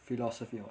philosophy